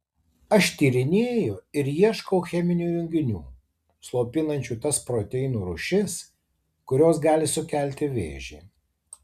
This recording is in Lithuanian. aš tyrinėju ir ieškau cheminių junginių slopinančių tas proteinų rūšis kurios gali sukelti vėžį